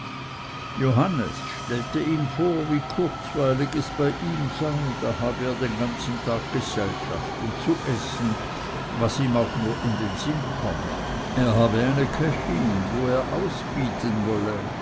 johannes stellte ihm vor wie kurzweilig es bei ihm sei da habe er den ganzen tag gesellschaft und zu essen was ihm nur in den sinn komme er habe eine köchin wo er ausbieten wolle